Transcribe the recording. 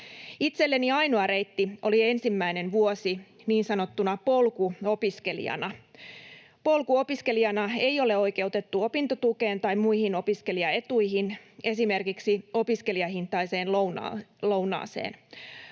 Itselleni ainoa reitti oli ensimmäinen vuosi niin sanottuna polkuopiskelijana. Polkuopiskelijana ei ole oikeutettu opintotukeen tai muihin opiskelijaetuihin, esimerkiksi opiskelijahintaiseen lounaaseen.